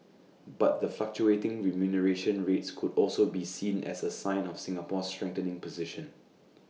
but the fluctuating remuneration rates could also be seen as A sign of Singapore's strengthening position